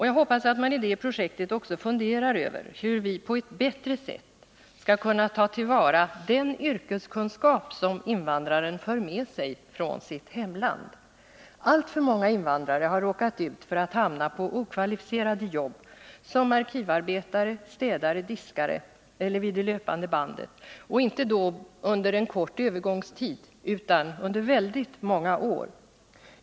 Jag hoppas att man i det här projektet också kommer att fundera över hur vi på ett bättre sätt skall kunna ta till vara den yrkeskunskap som invandraren för med sig från sitt hemland. Alltför många invandrare har hamnat i okvalificerade jobb — de har blivit arkivarbetare, städare, diskare eller har hamnat vid det löpande bandet, inte bara under en kort övergångstid utan under väldigt många år.